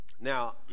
Now